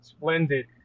Splendid